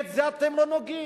ובזה אתם לא נוגעים.